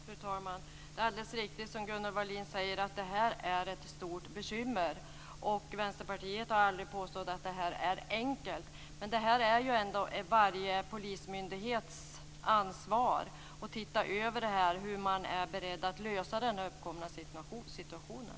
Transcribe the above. Fru talman! Det är alldeles riktigt som Gunnel Wallin säger - detta är ett stort bekymmer. Vänsterpartiet har aldrig påstått att det är enkelt. Men det är ändå varje polismyndighets ansvar att titta över det hela och hur man är beredd att reda ut den uppkomna situationen.